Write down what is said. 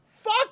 Fuck